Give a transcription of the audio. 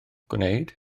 gwneud